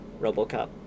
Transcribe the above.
RoboCop